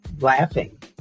laughing